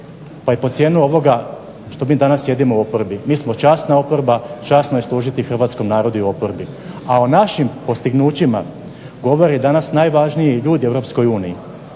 pa i pod cijenu ovoga što mi danas sjedimo u oporbi, mi smo časna oporba, časno je služiti Hrvatskom narodu i oporbi. A o našim postignućima govori danas najvažniji ljudi u Europskoj uniji.